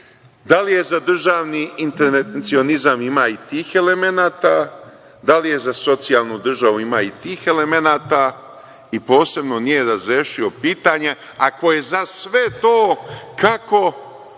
da li je za državni intervencionizam, ima i tih elemenata, da li je za socijalnu državu, ima i tih elemenata, i posebno nije razrešio pitanje ako je za sve to, kako